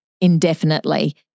indefinitely